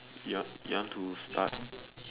young want young want to start